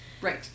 right